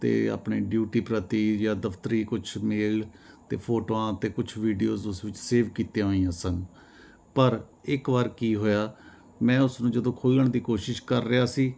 ਅਤੇ ਆਪਣੇ ਡਿਊਟੀ ਪ੍ਰਤੀ ਜਾਂ ਦਫਤਰੀ ਕੁਛ ਮੇਲ ਅਤੇ ਫੋਟੋਆਂ 'ਤੇ ਕੁਝ ਵੀਡੀਓਜ ਉਸ ਵਿੱਚ ਸੇਵ ਕੀਤੀਆਂ ਹੋਈਆਂ ਸਨ ਪਰ ਇੱਕ ਵਾਰ ਕੀ ਹੋਇਆ ਮੈਂ ਉਸ ਨੂੰ ਜਦੋਂ ਖੋਲ੍ਹਣ ਦੀ ਕੋਸ਼ਿਸ਼ ਕਰ ਰਿਹਾ ਸੀ